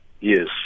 Yes